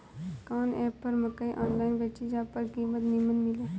कवन एप पर मकई आनलाइन बेची जे पर कीमत नीमन मिले?